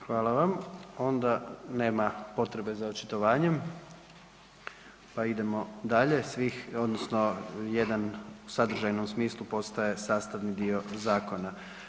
Hvala vam, onda nema potrebe za očitovanjem pa idemo dalje svih odnosno jedan u sadržajnom smislu postaje sastavni dio zakona.